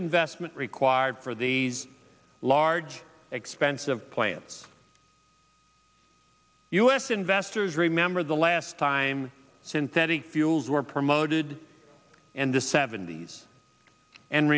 investment required for these large expensive plants u s investors remember the last time synthetic fuels were promoted and the seventy's and